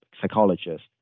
psychologist